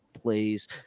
plays